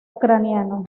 ucraniano